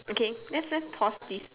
okay let's let's pause this